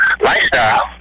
lifestyle